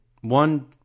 one